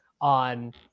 on